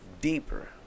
deeper